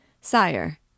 Sire